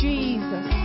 Jesus